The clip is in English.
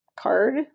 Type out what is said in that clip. card